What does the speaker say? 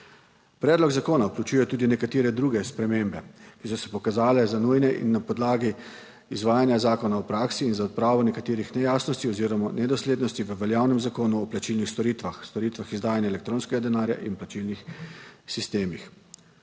Predlog zakona vključuje tudi nekatere druge spremembe, ki so se pokazale za nujne in na podlagi izvajanja zakona v praksi in za odpravo nekaterih nejasnosti oziroma nedoslednosti v veljavnem zakonu o plačilnih storitvah, storitvah izdajanja elektronskega denarja in plačilnih sistemih.